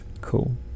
cool